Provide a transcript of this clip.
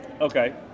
Okay